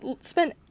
spent